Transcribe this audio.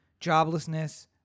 joblessness